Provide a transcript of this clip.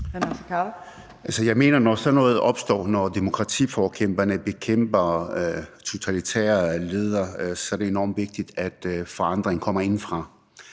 jeg mener, at når så noget opstår, at når demokratiforkæmperne bekæmper totalitære ledere, så er det enormt vigtigt, at forandringen kommer indefra;